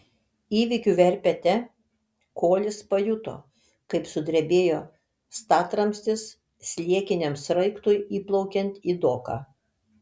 įvykių verpete kolis pajuto kaip sudrebėjo statramstis sliekiniam sraigtui įplaukiant į doką